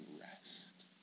rest